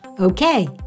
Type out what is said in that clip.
Okay